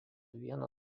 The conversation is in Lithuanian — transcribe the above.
vieną